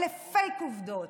אלה פייק עובדות.